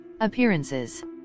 Appearances